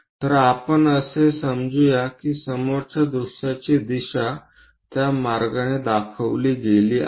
तर आपण असे समजूया की समोरच्या दृश्याची दिशा त्या मार्गाने दाखवली गेली आहे